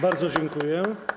Bardzo dziękuję.